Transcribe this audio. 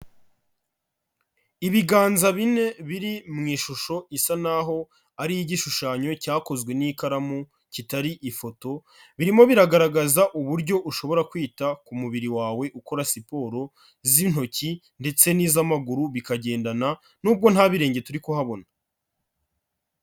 Ibiganza bine, biri mu ishusho isa n'aho ari igishushanyo cyakozwe n'ikaramu, kitari ifoto, birimo biragaragaza uburyo ushobora kwita ku mubiri wawe ukora siporo, iz'intoki ndetse n'iz'amaguru, bikagendana, nubwo nta birenge turi kuhabona.